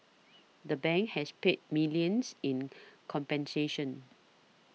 the bank has paid millions in compensation